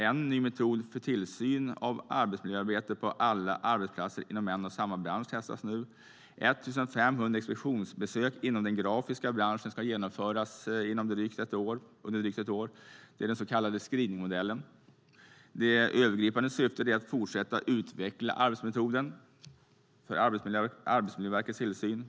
En ny metod för tillsyn av arbetsmiljöarbetet på alla arbetsplatser inom en och samma bransch testas nu. 1 500 inspektionsbesök inom den grafiska branschen ska genomföras under drygt ett år - den så kallade screeningmodellen. Det övergripande syftet är att fortsätta att utveckla arbetsmetoden för Arbetsmiljöverkets tillsyn.